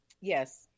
Yes